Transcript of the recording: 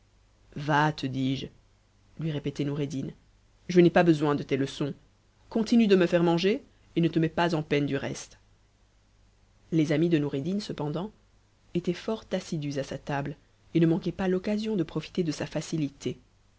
va te dis-je lui répétait noureddin je n'ai pas besoin dp tes leçons continue de me faire manger et ne te mets pas eu peine du reste les amis de noureddin cependant étaient fort assidus à sa table et manquaient pas l'occasion de profiter de sa facilité